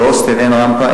בהוסטל אין רמפה,